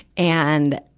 and,